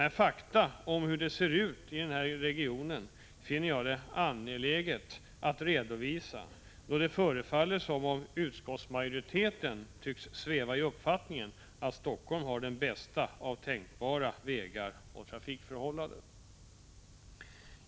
Dessa fakta om hur det ser ut i den här regionen finner jag det angeläget att redovisa, då det förefaller som om utskottsmajoriteten lever i uppfattningen att Helsingfors har de bästa av tänkbara vägar och trafikförhållanden.